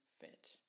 fit